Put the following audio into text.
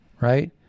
right